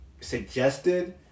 suggested